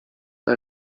bei